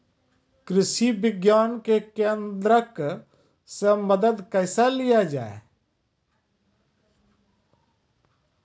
कृषि विज्ञान केन्द्रऽक से मदद कैसे लिया जाय?